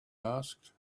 asked